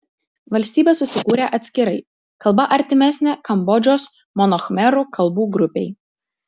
valstybė susikūrė atskirai kalba artimesnė kambodžos mono khmerų kalbų grupei